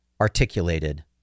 articulated